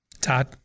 Todd